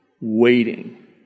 waiting